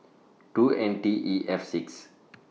two N T E F six